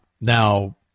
Now